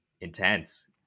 intense